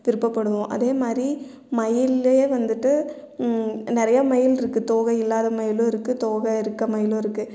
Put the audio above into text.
விருப்பப்படுவோம் அதே மாதிரி மயிலு வந்துட்டு நிறைய மயில்ருக்கு தோகையில்லாத மயிலும் இருக்குது தோகை இருக்கற மயிலும் இருக்குது